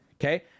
Okay